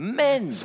men